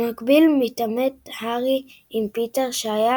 במקביל מתעמת הארי עם פיטר, שהיה